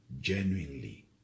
genuinely